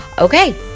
Okay